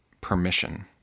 permission